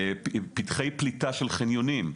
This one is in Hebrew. פתחי פליטה של חניונים,